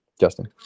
Justin